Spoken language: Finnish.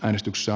äänestyksessä